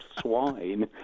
Swine